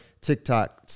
TikTok